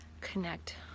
connect